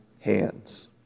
hands